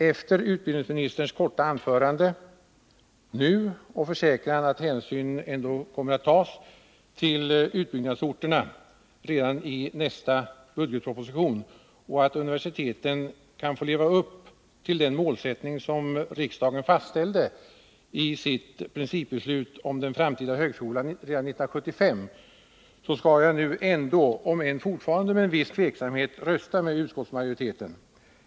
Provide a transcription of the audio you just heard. Efter utbildningsministerns korta anförande och hans försäkran att redan i nästa budgetproposition hänsyn ändå kommer att tas till utbyggnadsorterna och att universiteten kan få leva upp till den målsättning som riksdagen redan 1975 fastställde i sitt principbeslut om den framtida högskolan skall jag nu, om än fortfarande med viss tvekan, rösta med utskottsmajoriteten.